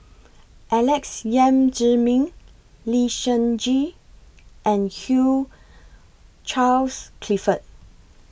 Alex Yam Ziming Lee Seng Gee and Hugh Charles Clifford